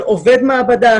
של עובד מעבדה.